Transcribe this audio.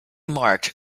marked